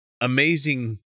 amazing